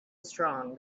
strong